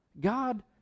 god